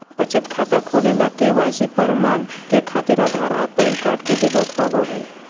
बचत खाता खोले ला के.वाइ.सी प्रमाण के खातिर आधार आ पैन कार्ड के जरुरत होबो हइ